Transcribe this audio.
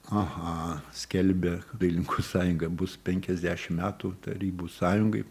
aha skelbia dailininkų sąjunga bus penkiasdešim metų tarybų sąjungai